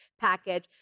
Package